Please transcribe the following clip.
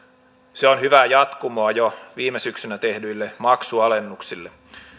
se on hyvää jatkumoa jo viime syksynä tehdyille maksualennuksille